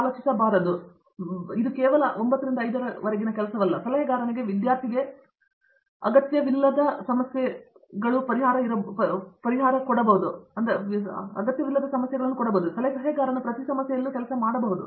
ಸಲಹೆಗಾರನಿಗೆ ಪರಿಹಾರವಿಲ್ಲ ಸಲಹೆಗಾರನಿಗೆ ವಿದ್ಯಾರ್ಥಿಗೆ ಅಗತ್ಯವಿಲ್ಲದ ಸಮಸ್ಯೆಗೆ ಪರಿಹಾರವಿದ್ದರೆ ಸಲಹೆಗಾರನು ಪ್ರತಿ ಸಮಸ್ಯೆಯಲ್ಲೂ ಕೆಲಸ ಮಾಡಬಹುದು